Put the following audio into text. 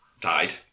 died